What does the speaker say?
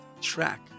track